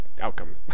outcome